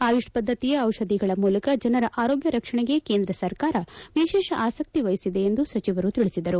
ಆಯುಷ್ ಪದ್ದತಿಯ ಔಷಧಿಗಳ ಮೂಲಕ ಜನರ ಆರೋಗ್ಯ ರಕ್ಷಣೆಗೆ ಕೇಂದ್ರ ಸರ್ಕಾರ ವಿಶೇಷ ಆಸಕ್ತಿ ವಹಿಸಿದೆ ಎಂದು ಸಚಿವರು ತಿಳಿಸಿದರು